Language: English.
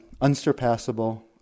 unsurpassable